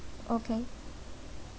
okay